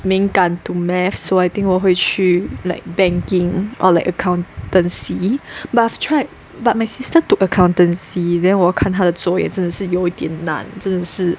敏感 to maths so I think 我会去 like banking or like accountancy but I've tried but my sister took accountancy then 我看他的作业真的是有点难真的是